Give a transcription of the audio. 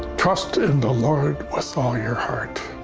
trust in the lord with all your heart.